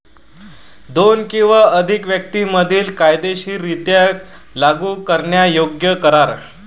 दोन किंवा अधिक व्यक्तीं मधील कायदेशीररित्या लागू करण्यायोग्य करार